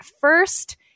first